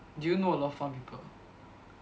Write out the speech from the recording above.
do you know a lot of pharm people